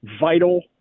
vital